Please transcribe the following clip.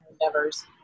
endeavors